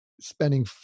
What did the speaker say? spending